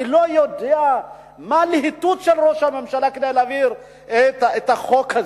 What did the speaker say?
אני לא יודע מה הלהיטות של ראש הממשלה להעביר את החוק הזה.